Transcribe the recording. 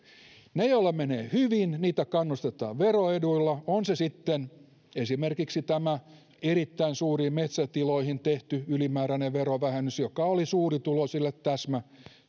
heitä joilla menee hyvin kannustetaan veroeduilla on se sitten esimerkiksi se erittäin suuriin metsätiloihin tehty ylimääräinen verovähennys joka oli suurituloisille täsmäetu